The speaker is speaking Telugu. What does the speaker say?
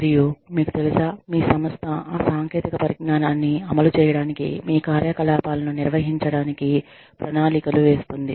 మరియు మీకు తెలుసా మీ సంస్థ ఆ సాంకేతిక పరిజ్ఞానాన్ని అమలు చేయడానికి మీ కార్యకలాపాలను నిర్వహించడానికి ప్రణాళికలు వేస్తోంది